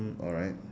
mm alright